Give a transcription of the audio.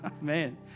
Man